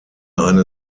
eine